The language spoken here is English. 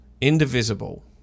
indivisible